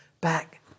back